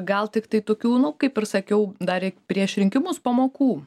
gal tiktai tokių nu kaip ir sakiau dar prieš rinkimus pamokų